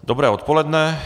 Dobré odpoledne.